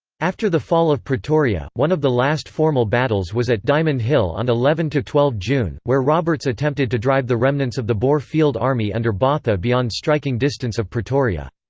after the fall of pretoria, one of the last formal battles was at diamond hill on eleven twelve june, where roberts attempted to drive the remnants of the boer field army under botha beyond striking distance of pretoria.